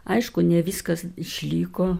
aišku ne viskas išliko